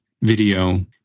video